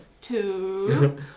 Two